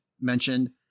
mentioned